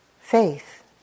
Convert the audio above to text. faith